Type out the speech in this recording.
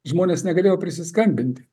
žmonės negalėjo prisiskambinti